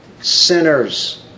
sinners